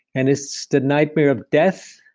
and it's the nightmare of death,